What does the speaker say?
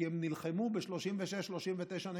כי הם נלחמו ב-1936 וב-1939,